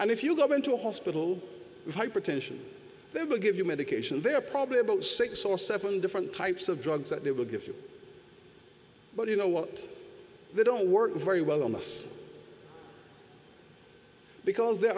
and if you go into a hospital hypertension they will give you medication they're probably about six or seven different types of drugs that they will give you but you know what they don't work very well on this because the